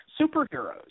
superheroes